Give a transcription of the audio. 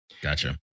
Gotcha